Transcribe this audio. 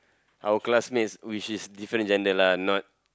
our classmates which is different in gender lah not